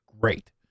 great